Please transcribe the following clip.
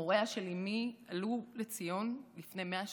הוריה של אימי עלו לציון לפני 100 שנה,